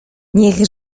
niech